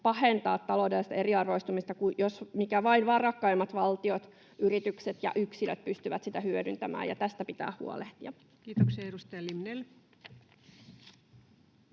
pahentaa taloudellista eriarvoistumista, jos vain varakkaimmat valtiot, yritykset ja yksilöt pystyvät sitä hyödyntämään, ja tästä pitää huolehtia. [Speech